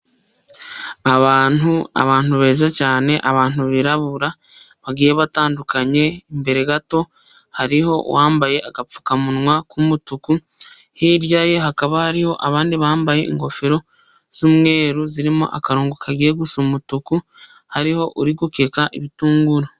Abantu beza cyane, abantu birabura bagiye batandukanye imbere gato hariho uwambaye agapfukamunwa k'umutuku hirya ye hakaba hariho abandi bambaye ingofero z'umweru zirimo akarongo kagiye gu gusa umutuku hariho ugiye gukeka ibitunguru.